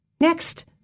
Next